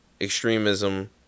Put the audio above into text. extremism